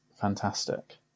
fantastic